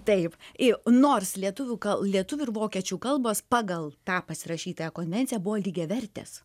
taip ir nors lietuvių kal lietuvių ir vokiečių kalbos pagal tą pasirašytąją konvenciją buvo lygiavertės